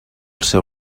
seu